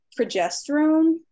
progesterone